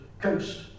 coast